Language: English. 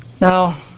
Now